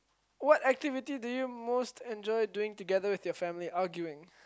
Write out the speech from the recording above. what activity do you most enjoy doing together with your family arguing